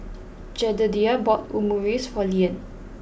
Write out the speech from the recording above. Jedediah bought Omurice for Leanne